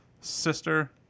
Sister